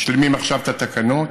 משלימים עכשיו את התקנות